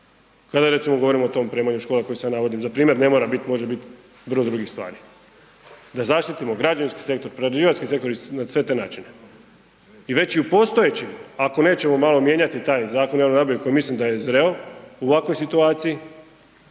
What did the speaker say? Kada recimo govorimo o tom opremanju škola koje sad navodim za primjer, ne mora bit, može bit …/Govornik se ne razumije/… drugih stvari, da zaštitimo građevinski sektor, prerađivački sektor na sve te načine. I već i u postojećim ako nećemo malo mijenjati taj Zakon o javnoj nabavi koji mislim da je zreo u ovakvoj situaciji,